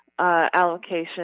Allocation